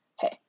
hey